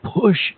push